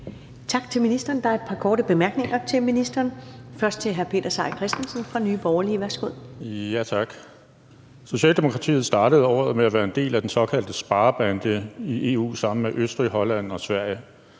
Tak til ministeren. Der er et par korte bemærkninger til ministeren. Først er det hr. Peter Seier Christensen, Nye Borgerlige. Værsgo. Kl. 21:19 Peter Seier Christensen (NB): Tak. Socialdemokratiet startede året med at være en del af den såkaldte sparebande i EU sammen med Østrig, Holland og Sverige.